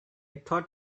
thought